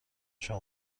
شما